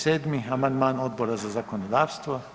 27. amandman Odbora za zakonodavstvo.